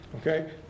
Okay